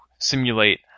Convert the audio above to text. simulate